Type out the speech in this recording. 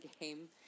game